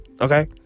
Okay